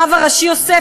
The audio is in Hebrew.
הרב הראשי יוסף,